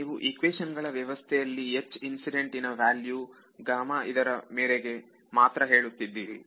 ನೀವು ಇಕ್ವೇಶನ್ ಗಳ ವ್ಯವಸ್ಥೆಯಲ್ಲಿ H ಇನ್ಸಿಡೆಂಟ್ ಇನ ವ್ಯಾಲ್ಯೂ ಇದರ ಮೇರೆಗೆ ಮಾತ್ರ ಹೇಳುತ್ತಿದ್ದೀರಿ